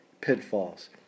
Pitfalls